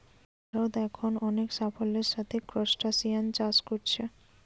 ভারত এখন অনেক সাফল্যের সাথে ক্রস্টাসিআন চাষ কোরছে